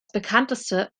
bekannteste